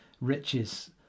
riches